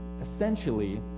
essentially